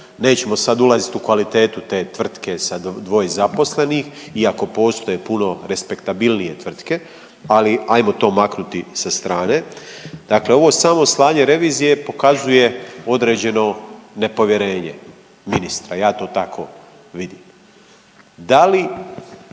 nećemo sad ulazit u kvalitetu te tvrtke sa dvoje zaposlenih, iako postoje puno respektabilnije tvrtke, ali ajmo to maknuti sa strane. Dakle, ovo samo slanje revizije pokazuje određeno nepovjerenje ministra, ja to tako vidim.